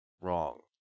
wrong